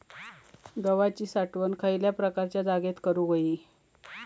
गव्हाची साठवण खयल्या प्रकारच्या जागेत करू होई?